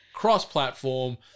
cross-platform